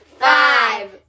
five